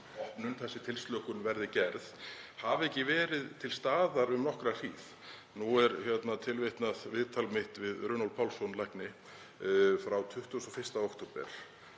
opnun, þessi tilslökun verði gerð, hafi ekki verið um nokkra hríð. Nú er tilvitnað viðtal við Runólf Pálsson lækni frá 21. október